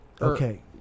Okay